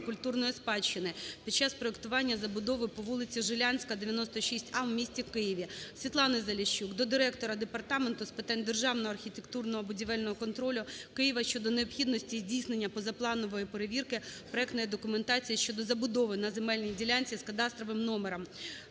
культурної спадщини" під час проектування забудови по вулиці Жилянська, 96 А у місті Києві. СвітланиЗаліщук до директора Департаменту з питань державного архітектурно-будівельного контролю Києва щодо необхідності здійснення позапланової перевірки проектної документації щодо забудови на земельній ділянці з кадастровим номером